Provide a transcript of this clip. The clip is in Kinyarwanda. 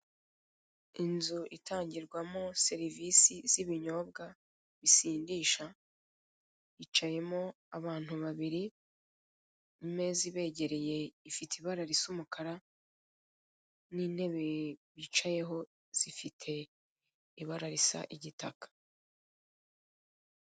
Inzu itangirwamo ibinyobwa bisindisha hicayemo abantu babiri, imeza ibegereye ifite ibara risa umukara n'intebe bicayeho zifite ibara risa igitaka.